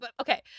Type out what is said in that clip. Okay